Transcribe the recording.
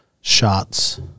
shots